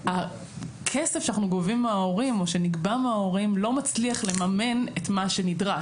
הכסף שאנחנו גובים מההורים או שנגבה מההורים לא מצליח לממן את מה שנדרש.